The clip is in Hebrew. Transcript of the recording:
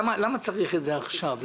למה צריך את זה עכשיו?